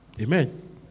Amen